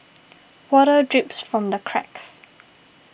water drips from the cracks